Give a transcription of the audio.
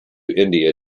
india